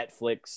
Netflix